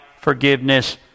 forgiveness